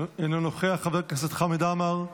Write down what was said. אינו נוכח, חבר הכנסת חמד עמאר,